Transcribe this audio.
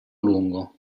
lungo